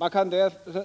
Men